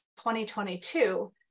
2022